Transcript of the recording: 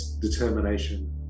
determination